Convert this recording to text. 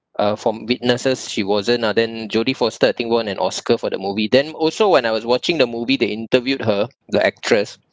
uh from witnesses she wasn't ah then jodie foster I think won an oscar for the movie then also when I was watching the movie they interviewed her the actress